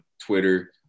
Twitter